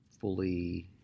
fully